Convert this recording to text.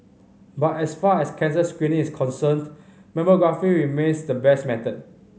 but as far as cancer screening is concerned mammography remains the best method